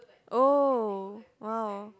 oh !wow!